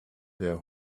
their